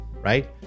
right